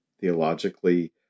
theologically